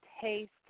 taste